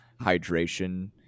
hydration